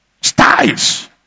styles